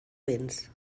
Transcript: vents